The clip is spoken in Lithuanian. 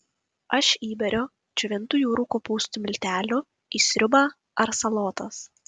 aš įberiu džiovintų jūrų kopūstų miltelių į sriubą ar salotas